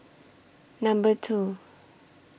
Number two